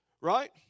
Right